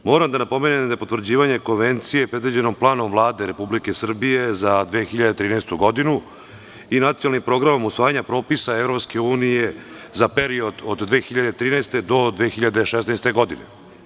Moram da napomenem da je potvrđivanje Konvencije predviđeno Planom Vlade Republike Srbije za 2013. godinu i Nacionalnim programom usvajanja propisa EU za period od 2013. do 2016. godine.